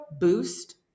Boost